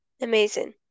Amazing